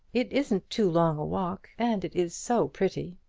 it isn't too long a walk, and it is so pretty.